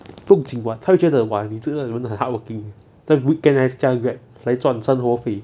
不用紧 [what] 她会觉得你这个人很 hardworking weekend 还驾 grab 来赚生活费